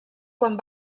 quan